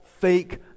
fake